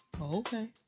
Okay